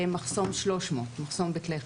במחסום 300, מחסום בית לחם.